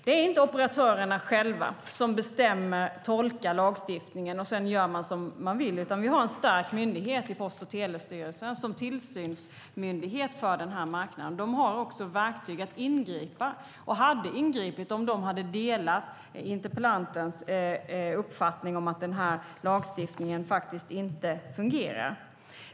Det är inte operatörerna själva som tolkar lagstiftningen och sedan gör som de vill, utan vi har en stark myndighet i Post och telestyrelsen som är tillsynsmyndighet för den här marknaden. De har också verktyg att ingripa och hade ingripit om de hade delat interpellantens uppfattning om att den här lagstiftningen inte fungerar.